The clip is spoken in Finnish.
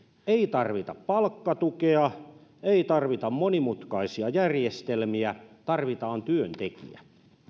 ei tarvita palkkatukea ei tarvita monimutkaisia järjestelmiä tarvitaan työntekijä